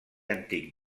antic